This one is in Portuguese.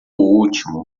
último